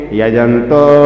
yajanto